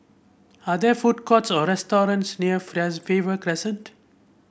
are there food courts or restaurants near Faber Crescent